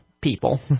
people